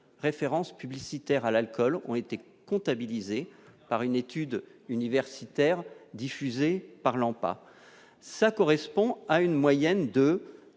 référence publicitaire à l'alcool ont été comptabilisés par une étude universitaire diffusé parlant pas ça correspond à une moyenne de